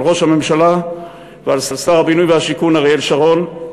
על ראש הממשלה ועל שר הבינוי והשיכון אריאל שרון,